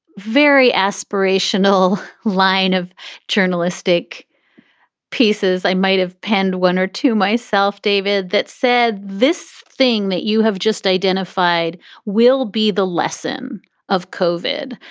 very aspirational line of journalistic pieces. i might have penned one or two myself, david, that said this thing that you have just identified will be the lesson of cauvin,